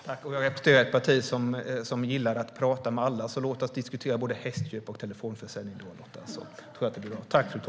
Fru talman! Jag representerar ett parti som gillar att prata med alla, så låt oss diskutera både hästköp och telefonförsäljning då, Lotta. Det tror jag blir bra.